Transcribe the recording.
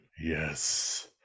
yes